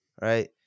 right